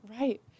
Right